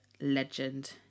legend